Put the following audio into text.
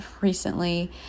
recently